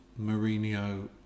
Mourinho